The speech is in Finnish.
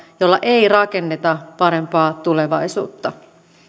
jolla ei rakenneta parempaa tulevaisuutta